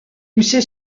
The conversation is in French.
poussée